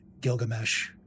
Gilgamesh